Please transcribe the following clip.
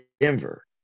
Denver